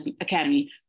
Academy